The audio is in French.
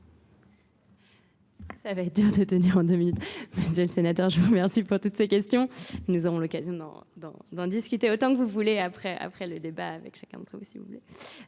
Ça va être dur de tenir en deux minutes. Monsieur le Sénateur, je vous remercie pour toutes ces questions. Nous aurons l'occasion d'en discuter autant que vous voulez après le débat avec chacun d'entre vous, s'il vous plaît.